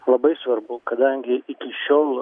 labai svarbu kadangi iki šiol